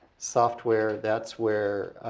software, that's where